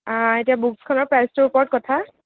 এতিয়া বুকখনৰ প্ৰাইচটোৰ ওপৰত কথা